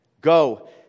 Go